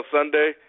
Sunday